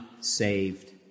saved